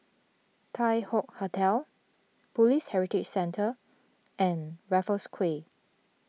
Tai Hoe Hotel Police Heritage Centre and Raffles Quay